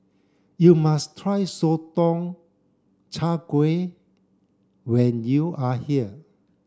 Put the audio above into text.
you must try Sotong Char Kway when you are here